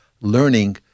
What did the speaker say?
learning